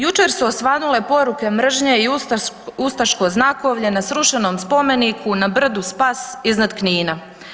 Jučer su osvanule poruke mržnje i ustaško znakovlje na srušenom spomeniku na brdu Spas iznad Knina.